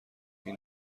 این